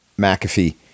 McAfee